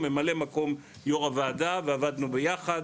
ממלא מקום יו"ר הוועדה ועבדנו ביחד,